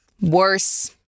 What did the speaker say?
Worse